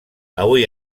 avui